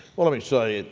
let me say,